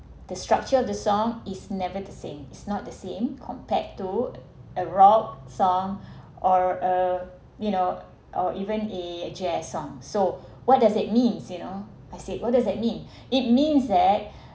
the structure of the song is never the same it's not the same compared to a rock song or uh you know or even a jazz song so what does it means you know I said what does that mean it means that